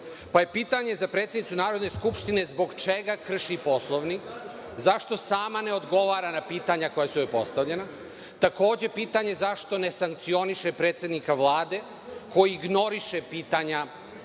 Pitanje za predsednicu Narodne skupštine je zbog čega krši Poslovnik i zašto sama ne odgovara na pitanja koja su joj postavljena? Takođe, pitanje je i zašto ne sankcioniše predsednika Vlade koji ignoriše pitanja